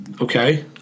Okay